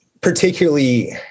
particularly